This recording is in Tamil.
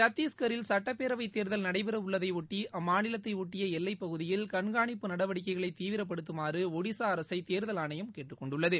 சத்தீஸ்கில் சுட்டப்பேரவை தேர்தல் நடைபெற உள்ளதையொட்டி அம்மாநிலத்தை அட்டிய எல்லைப்பகுதியில் கண்காணிப்பு நடவடிக்கைகளை தீவிரப்படுத்தமாறு ஒடிசா அரசை தேர்தல் ஆணையம் கேட்டுக்கொண்டுள்ளது